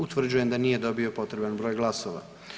Utvrđujem da nije dobio potreban broj glasova.